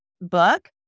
book